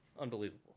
Unbelievable